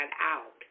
out